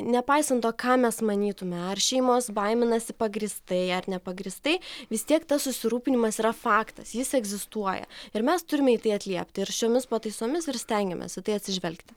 nepaisant to ką mes manytume ar šeimos baiminasi pagrįstai ar nepagrįstai vis tiek tas susirūpinimas yra faktas jis egzistuoja ir mes turime į tai atliepti ir šiomis pataisomis ir stengiamės į tai atsižvelgti